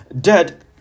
dead